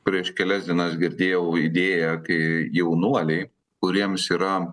prieš kelias dienas girdėjau idėją kai jaunuoliai kuriems yra